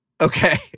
Okay